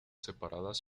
separadas